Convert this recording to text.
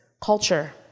culture